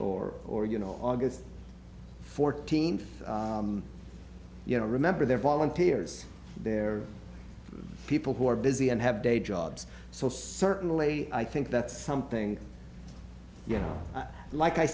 or or you know august fourteenth you know remember they're volunteers they're people who are busy and have day jobs so certainly i think that's something you know like i